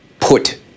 put